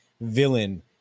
villain